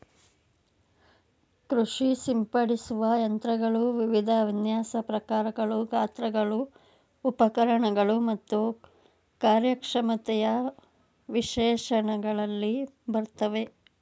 ಕೃಷಿ ಸಿಂಪಡಿಸುವ ಯಂತ್ರಗಳು ವಿವಿಧ ವಿನ್ಯಾಸ ಪ್ರಕಾರಗಳು ಗಾತ್ರಗಳು ಉಪಕರಣಗಳು ಮತ್ತು ಕಾರ್ಯಕ್ಷಮತೆಯ ವಿಶೇಷಣಗಳಲ್ಲಿ ಬರ್ತವೆ